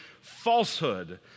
falsehood